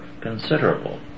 considerable